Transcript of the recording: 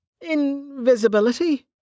Invisibility